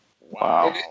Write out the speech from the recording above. Wow